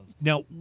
Now